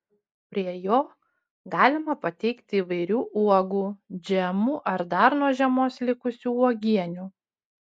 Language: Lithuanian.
prie jo galima pateikti įvairių uogų džemų ar dar nuo žiemos likusių uogienių